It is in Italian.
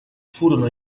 furono